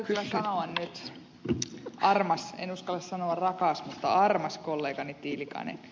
täytyy kyllä sanoa nyt armas en uskalla sanoa rakas mutta armas kollegani tiilikainen